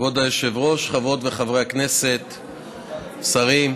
כבוד היושב-ראש, חברות וחברי הכנסת, שרים,